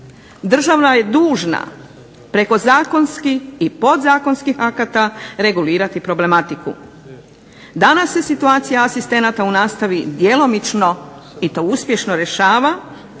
Država je dužna preko zakonskih i podzakonskih akata regulirati problematiku. Danas se situacija asistenata u nastavi djelomično, i to uspješno, rješava